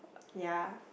ya